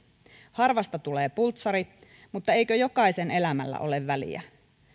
harvasta tulee pultsari mutta eikö jokaisen elämällä ole väliä